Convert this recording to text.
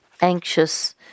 anxious